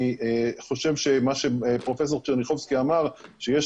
אני חושב שמה שפרופ' צ'רניחובסקי אמר שיש